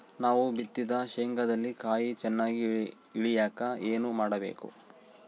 ನಾನು ಬಿತ್ತಿದ ಶೇಂಗಾದಲ್ಲಿ ಕಾಯಿ ಚನ್ನಾಗಿ ಇಳಿಯಕ ಏನು ಮಾಡಬೇಕು?